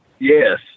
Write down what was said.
Yes